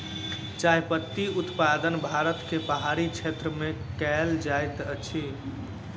चाह पत्ती उत्पादन भारत के पहाड़ी क्षेत्र में कयल जाइत अछि